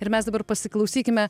ir mes dabar pasiklausykime